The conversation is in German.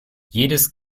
jedes